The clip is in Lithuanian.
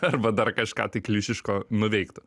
arba dar kažką tai klišiško nuveiktų